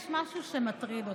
יש משהו שמטריד אותי.